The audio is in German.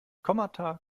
kommata